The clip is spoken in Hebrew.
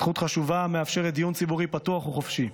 זכות חשובה המאפשרת דיון ציבורי פתוח וחופשי.